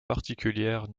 particulière